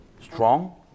strong